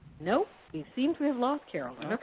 nope, we seem to have lost carolyn.